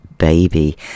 baby